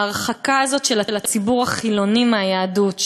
ההרחקה הזאת של הציבור החילוני מהיהדות,